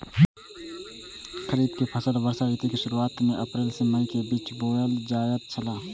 खरीफ के फसल वर्षा ऋतु के शुरुआत में अप्रैल से मई के बीच बौअल जायत छला